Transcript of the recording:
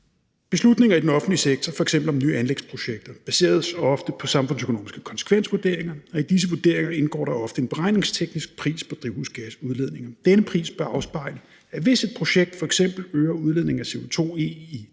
»Beslutninger i den offentlige sektor, fx om nye anlægsprojekter, baseres ofte på samfundsøkonomiske konsekvensvurderinger. I disse vurderinger indgår der ofte en beregningsteknisk pris på drivhusgasudledninger. Denne pris bør afspejle, at hvis et projekt fx øger udledningen af CO2e